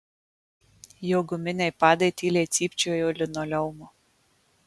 jo guminiai padai tyliai cypčiojo linoleumu